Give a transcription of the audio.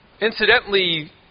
incidentally